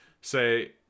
say